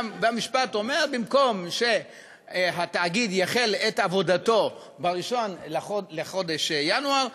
והמשפט אומר: במקום שהתאגיד יחל את עבודתו ב-1 בחודש ינואר,